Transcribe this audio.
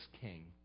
king